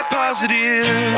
positive